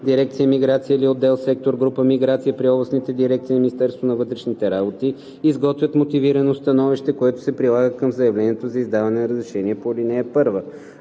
дирекция „Миграция“ или отдел/сектор/група „Миграция“ при областните дирекции на Министерството на вътрешните работи изготвят мотивирано становище, което се прилага към заявлението за издаване на разрешение по ал. 1.